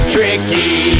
Tricky